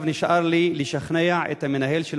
עכשיו נשאר לי לשכנע את המנהל של